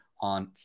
on